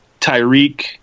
Tyreek